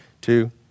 two